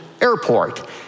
Airport